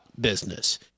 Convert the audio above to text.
business